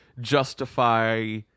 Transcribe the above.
justify